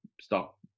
stop